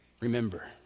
remember